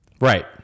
Right